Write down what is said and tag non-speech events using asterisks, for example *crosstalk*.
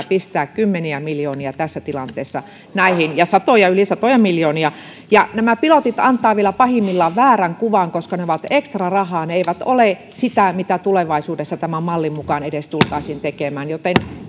*unintelligible* pistää kymmeniä miljoonia tässä tilanteessa näihin yli satoja miljoonia nämä pilotit antavat vielä pahimmillaan väärän kuvan koska ne ovat ekstrarahaa ne eivät ole sitä mitä tulevaisuudessa tämän mallin mukaan edes tultaisiin tekemään joten